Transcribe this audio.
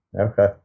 Okay